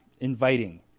inviting